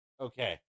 Okay